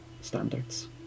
standards